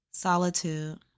Solitude